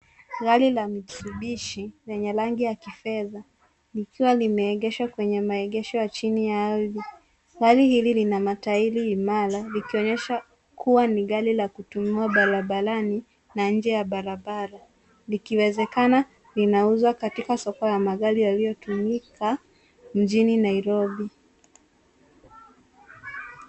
Gari la Mitsubishi lenye rangi ya kifedha likwa lime egeshwa kwenye ma egesho ya chini ya ardhi. Gari hili lina matairi imara likionyesha kuwa ni gari la kutumiwa barabarani na nje ya barabara. Likiwezekana linauzwa katika soko ya magari yaliyo tumika mjini Nairobi.